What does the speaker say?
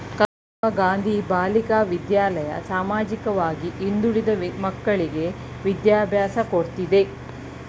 ಕಸ್ತೂರಬಾ ಗಾಂಧಿ ಬಾಲಿಕಾ ವಿದ್ಯಾಲಯ ಸಾಮಾಜಿಕವಾಗಿ ಹಿಂದುಳಿದ ಮಕ್ಕಳ್ಳಿಗೆ ವಿದ್ಯಾಭ್ಯಾಸ ಕೊಡ್ತಿದೆ